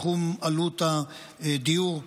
בתחום עלות הדיור.